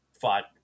fought